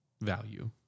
value